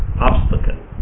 obstacle